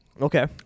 Okay